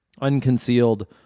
unconcealed